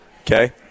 okay